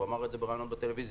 הוא אמר את זה בריאיון בטלוויזיה.